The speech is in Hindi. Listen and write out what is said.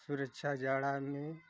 सुरक्षा जाड़ा में